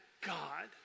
God